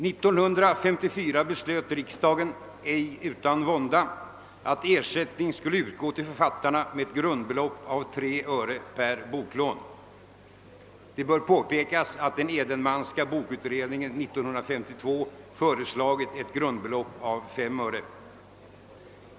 År 1954 beslöt riksdagen — ej utan vånda — att ersättningen skulle utgå till författarna med ett grundbelopp av 3 öre per boklån. Det bör påpekas att den Edenmanska bokutredningen 1952 föreslagit ett grundbelopp av 5 öre.